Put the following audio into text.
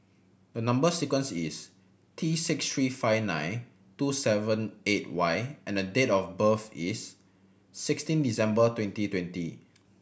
the number sequence is T six three five nine two seven eight Y and date of birth is sixteen December twenty twenty